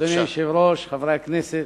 אדוני היושב-ראש, חברי הכנסת,